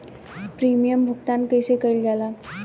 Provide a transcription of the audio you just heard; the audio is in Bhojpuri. प्रीमियम भुगतान कइसे कइल जाला?